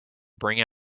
bring